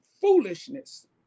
foolishness